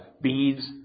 beads